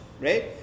right